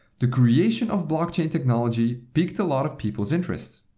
the creation of blockchain technology peaked a lot of people's interest.